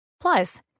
Plus